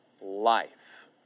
life